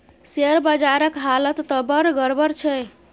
share बजारक हालत त बड़ गड़बड़ छै